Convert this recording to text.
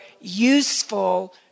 useful